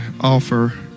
offer